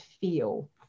feel